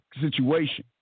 situation